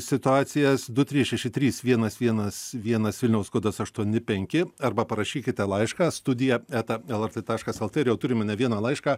situacijas du trys šeši trys vienas vienas vienas vilniaus kodas aštuoni penki arba parašykite laišką studija eta lrt taškas lt ir jau turime ne vieną laišką